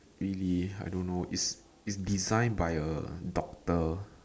really I don't know it's it's designed by a doctor